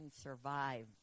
survive